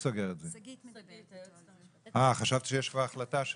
מיזגנו אל תוך חוק ההסדרים את